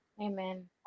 Amen